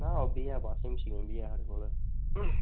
आं ओह्बी ऐ वॉशिंग मशीन बी ऐ साढ़े कोल